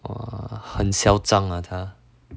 !wah! 很嚣张 lah 他